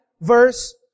verse